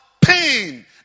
pain